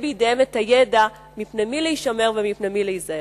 בידיהם הידע מפני מי להישמר ומפני מי להיזהר.